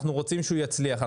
אנחנו רוצים שהוא יצליח.